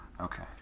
Okay